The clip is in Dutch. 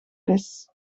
vis